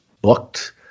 booked